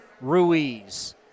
Ruiz